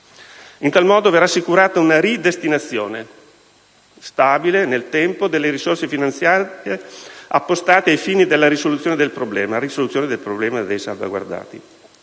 In tal modo verrà assicurata una ridestinazione stabile nel tempo delle risorse finanziarie appostate ai fini della risoluzione del problema dei salvaguardati,